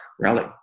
rally